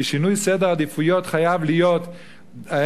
כי שינוי סדר עדיפויות חייב להיות ההיפך,